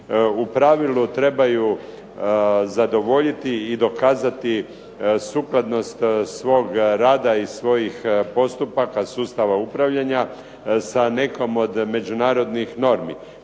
u pravilu trebaju zadovoljiti i dokazati sukladnost svog rada i svojih postupaka sustava upravljanja sa nekom od međunarodnih normi.